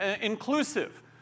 inclusive